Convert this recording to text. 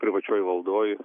privačioj valdoj